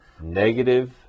Negative